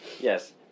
Yes